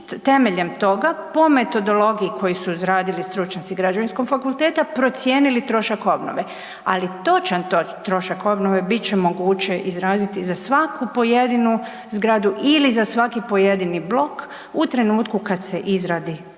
temeljem toga po metodologiji koji su izradili stručnjaci Građevinskog fakulteta procijenili trošak obnove, ali točan trošak obnove bit će moguće izraziti za svaku pojedinu zgradu ili za svaki pojedini blok u trenutku kad se izradi taj projekt.